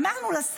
אדוני היושב-ראש.